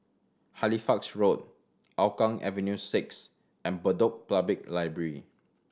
Halifax Road Hougang Avenue Six and Bedok Public Library